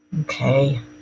Okay